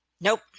Nope